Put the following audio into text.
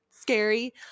scary